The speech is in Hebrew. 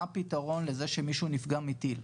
מה הפתרון לזה שמישהו נפגע מטיל?